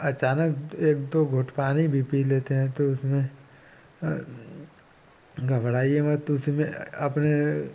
अचानक एक दो घूँट पानी भी पी लेते हैं तो उसमें घबराइए मत उसमें अपने